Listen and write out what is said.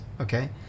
Okay